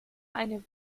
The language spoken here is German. eine